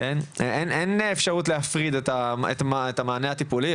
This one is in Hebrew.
אין אפשרות להפריד את המענה הטיפולי.